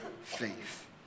faith